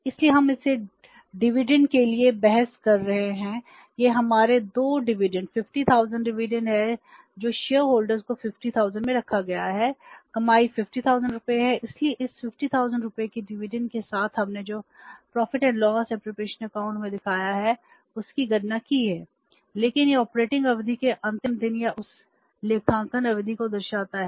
इसलिए हम इसे डिविडेंड में दिखाया है उसकी गणना की है लेकिन यह ऑपरेटिंग अवधि के अंतिम दिन या उस लेखांकन अवधि को दर्शाता है